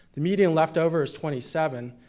the median left over is twenty seven,